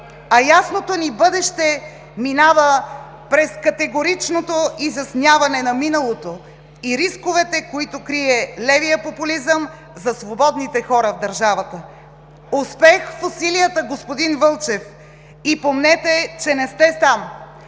А ясното ни бъдеще минава през категоричното изясняване на миналото и рисковете, които крие левият популизъм за свободните хора в държавата! Успех в усилията, господин Вълчев и помнете, че не сте сам,